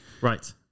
Right